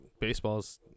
baseball's